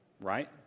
right